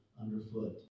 underfoot